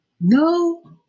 No